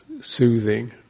soothing